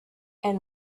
and